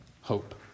hope